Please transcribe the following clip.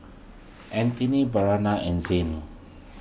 Antony Bryana and Zane